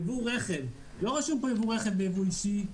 "יבוא רכב" לא רשום פה יבוא רכב ביבוא אישי,